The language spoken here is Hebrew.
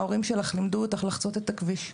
ההורים שלך לימדו אותך לחצות את הכביש.